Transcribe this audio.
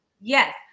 Yes